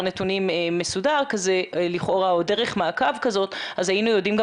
נתונים מסודר כזה לכאורה או דרך מעקב כזאת היינו יודעים גם